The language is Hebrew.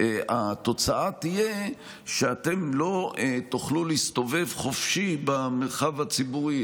התוצאה תהיה שאתם לא תוכלו להסתובב חופשי במרחב הציבורי.